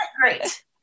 Great